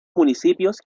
municipios